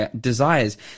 desires